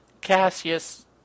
Cassius